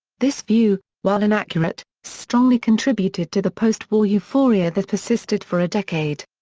this view, while inaccurate, strongly contributed to the post-war euphoria that persisted for a decade.